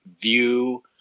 view